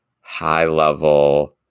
high-level